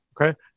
okay